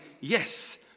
yes